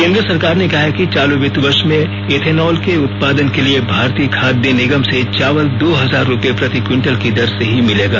केन्द्र सरकार ने कहा है कि चालू वित्त वर्ष में इथेनॉल के उत्पादन के लिए भारतीय खाद्य निगम से चावल दो हजार रुपए प्रति क्विंटल की दर से ही मिलेगा